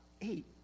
Eight